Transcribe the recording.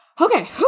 Okay